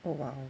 oh !wow!